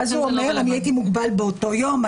אז הוא אומר: הייתי מוגבל באותו יום,